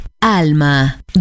Alma